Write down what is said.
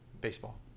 Baseball